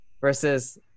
Versus